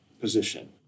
position